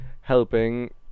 helping